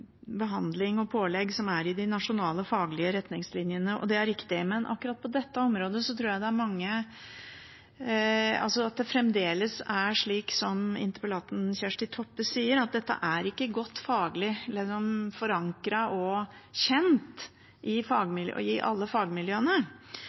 behandling og pålegg i de nasjonale faglige retningslinjene, og det er riktig. Men akkurat på dette området tror jeg det fremdeles er slik som interpellanten Kjersti Toppe sier, at dette ikke er godt faglig forankret og kjent i